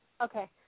Okay